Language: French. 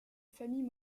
famille